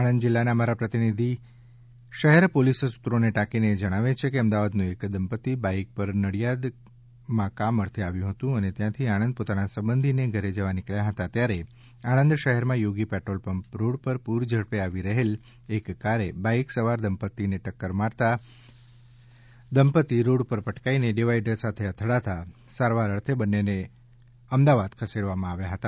આણંદ જિલ્લાના અમારા પ્રતિનિધિ શહેર પોલીસ સુત્રોને ટાંકીને જણાવે છે કે અમદાવાદનું એક દંપત્તિ બાઇક પર નડિયાદ કામ અર્થે આવ્યું હતું ત્યાં થી આણંદ પોતાના સંબંધીના ઘરે જવા નીકબ્યા હતા ત્યારે આણંદ શહેરમાં થોગી પેટ્રોલ પંપ રોડ પર પૂર ઝડપે આવી રહેલ એક કારે બાઈક સવાર દંપત્તિ ટક્કર મારતા દંપત્તિનું રોડ પર પટકાઈને ડીવાઈડર સાથે અથડાતા સારવાર અર્થે બંનેને અમદાવાદ ખસેડવામાં આવ્યા હતા